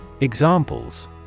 Examples